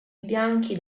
bianchi